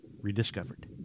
rediscovered